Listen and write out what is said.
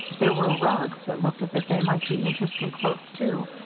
there were rugs that looked as if they might be interesting, close to.